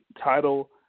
title